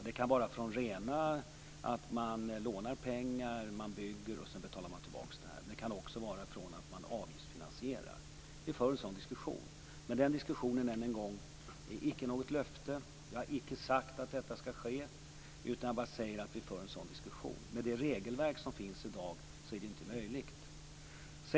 Det kan vara att man lånar pengar, bygger och sedan betalar tillbaka. Det kan också vara fråga om att man avgiftsfinansierar. Vi för en sådan diskussion. Men den diskussionen, än en gång, innebär inte något löfte. Jag har inte sagt att detta skall ske. Jag bara säger att vi för en sådan diskussion. Med det regelverk som finns i dag är det inte möjligt.